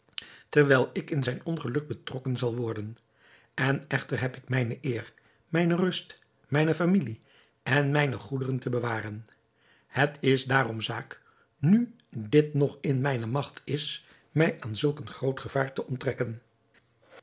terwijl ik in zijn ongeluk betrokken zal worden en echter heb ik mijne eer mijne rust mijne familie en mijne goederen te bewaren het is daarom zaak nu dit nog in mijne magt is mij aan zulk een groot gevaar te onttrekken